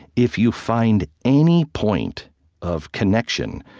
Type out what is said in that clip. if you find any point of connection,